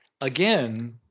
again